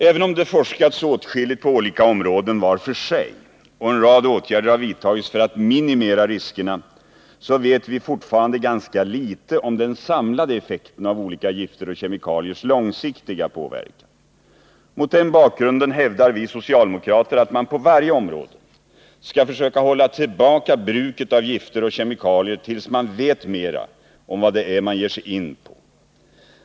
Även om det forskats åtskilligt på olika områden var för sig och en rad åtgärder har vidtagits för att minimera riskerna så vet vi fortfarande ganska litet om den samlade effekten av olika gifter och om kemikaliers långsiktiga påverkan. Mot den bakgrunden hävdar vi socialdemokrater att man på varje område skall försöka hålla tillbaka bruket av gifter och kemikalier tills man vet mera om vad det är man ger sig in på.